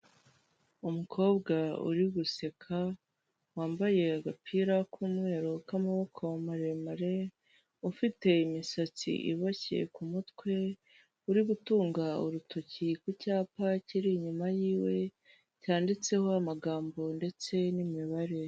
Umukobwa uri guseka, wambaye agapira k'umweru k'amaboko maremare, ufite imisatsi iboshye ku mutwe, uri gutunga urutoki ku cyapa kiri inyuma yiwe, cyanditseho amagambo ndetse n'imibare.